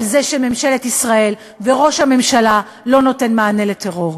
על זה שממשלת ישראל וראש הממשלה לא נותנים מענה לטרור.